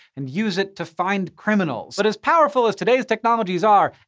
and use it to find criminals. but as powerful as today's technologies are,